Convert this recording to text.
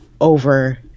over